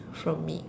from meat